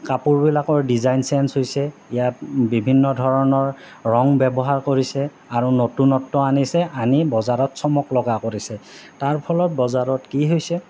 কাপোৰবিলাকৰ design change হৈছে ইয়াত বিভিন্ন ধৰণৰ ৰং ব্যৱহাৰ কৰিছে আৰু নতুনত্ব আনিছে আনি বজাৰত চমক লগা কৰিছে তাৰ ফলত বজাৰত কি হৈছে